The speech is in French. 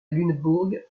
lunebourg